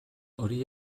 hori